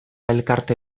elkarte